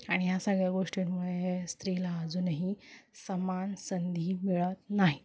आणि ह्या सगळ्या गोष्टींमुळे स्त्रीला अजूनही समान संधी मिळत नाही